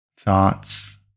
Thoughts